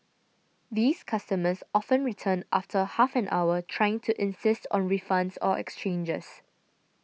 these customers often return after half an hour trying to insist on refunds or exchanges